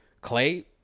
clay